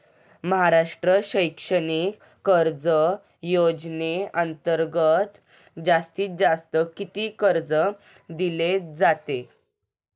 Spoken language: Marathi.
महाराष्ट्र शैक्षणिक कर्ज योजनेअंतर्गत जास्तीत जास्त किती कर्ज दिले जाते?